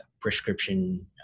prescription